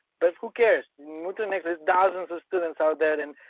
but who cares moodle. next is thousands of students out there and